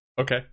Okay